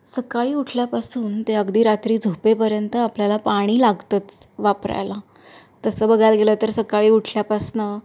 सकाळी उठल्यापासून ते अगदी रात्री झोपेपर्यंत आपल्याला पाणी लागतंच वापरायला तसं बघायला गेलं तर सकाळी उठल्यापासनं